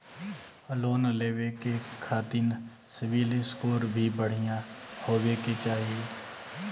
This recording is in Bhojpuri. लोन लेवे के खातिन सिविल स्कोर भी बढ़िया होवें के चाही?